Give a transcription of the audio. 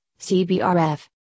CBRF